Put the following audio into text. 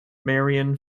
marion